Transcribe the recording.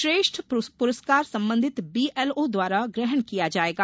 श्रेष्ठ पुरस्कार संबंधित बीएलओ द्वारा ग्रहण किया जायेगा